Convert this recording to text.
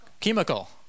chemical